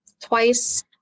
twice